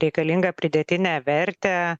reikalingą pridėtinę vertę